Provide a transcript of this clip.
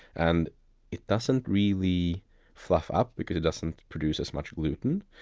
and it doesn't really fluff up because it doesn't produce as much gluten.